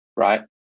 Right